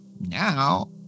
now